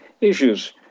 issues